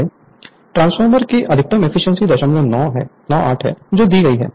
Refer Slide Time 3102 transformer की अधिकतम efficiency 098 है जो दी गई है